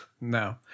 No